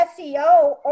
SEO